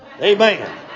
Amen